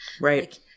Right